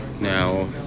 Now